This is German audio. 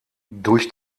durch